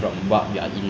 oh